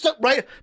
right